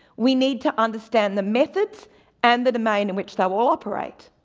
we need to understand the methods and the domain in which they will will operate.